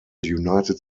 united